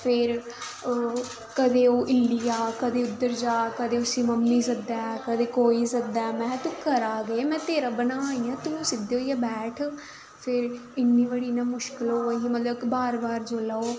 फिर कदें ओह् हिली जा कदें उद्धर जा कदें उस्सी मम्मी सद्धै कदें कोई सद्धै महै तूं करा दा केह् में तेरा बनां दी आं तूं सिद्धे होइयै बैठ फिर इन्नी बड़ी इ'यां मुश्कल होआ दी ही बार बार जोल्लै ओह्